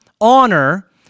honor